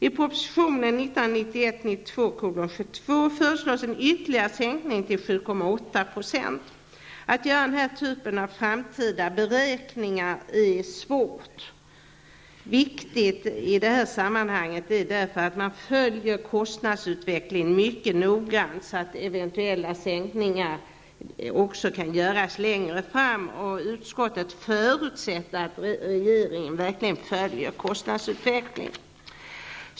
I proposition 1991/92:72 föreslås en ytterligare sänkning till 7,8 %. Att göra den här typen av framtida beräkningar är svårt. Viktigt i detta sammanhang är därför att man följer kostnadsutvecklingen mycket noggrant, så att eventuella sänkningar kan göras längre fram. Och utskottet förutsätter att regeringen verkligen följer kostnadsutvecklingen.